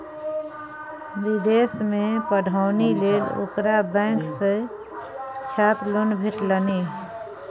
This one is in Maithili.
विदेशमे पढ़ौनी लेल ओकरा बैंक सँ छात्र लोन भेटलनि